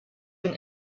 been